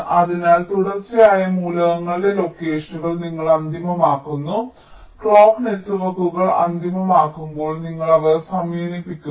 അതിനാൽ തുടർച്ചയായ മൂലകങ്ങളുടെ ലൊക്കേഷനുകൾ നിങ്ങൾ അന്തിമമാക്കുന്നു ക്ലോക്ക് നെറ്റ്വർക്കുകൾ അന്തിമമാകുമ്പോൾ നിങ്ങൾ അവ സമന്വയിപ്പിക്കുന്നു